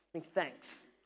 Thanks